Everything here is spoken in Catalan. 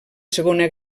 segona